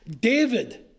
David